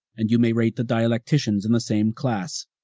and you may rate the dialecticians in the same class,